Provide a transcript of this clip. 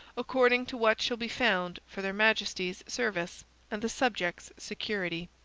according to what shall be found for their majesties' service and the subjects' security.